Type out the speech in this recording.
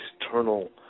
external